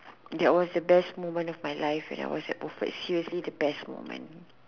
that was the best moment of my life when I was at Wilford seriously the best moment